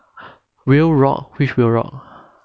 whale rock which whale rock